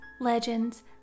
legends